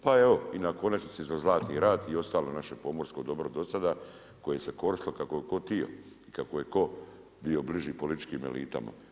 Pa evo i na konačnici i za Zlatni Rat i ostalo naše pomorsko dobro do sada koje je koristilo kako god je tko htio i kako je tko bio bliži političkim elitama.